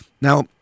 Now